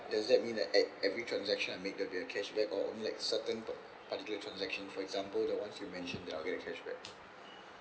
does that mean that every transaction I make there'll be a cashback or only like certain par~ particular transaction for example the one you've mentioned that I'll get a cashback